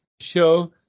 show